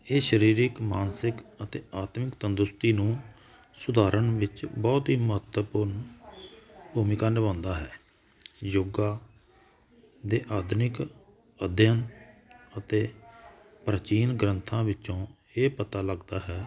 ਇਹ ਸਰੀਰਕ ਮਾਨਸਿਕ ਅਤੇ ਆਤਮਿਕ ਤੰਦਰੁਸਤੀ ਨੂੰ ਸੁਧਾਰਨ ਵਿੱਚ ਬਹੁਤ ਹੀ ਮਹੱਤਵਪੂਰਨ ਭੂਮਿਕਾ ਨਿਭਾਉਂਦਾ ਹੈ ਯੋਗਾ ਦੇ ਆਧੁਨਿਕ ਅਧਿਅਨ ਅਤੇ ਪਰਚੀਨ ਗ੍ਰੰਥਾਂ ਵਿੱਚੋਂ ਹੇ ਪਤਾ ਲੱਗਦਾ ਹੈ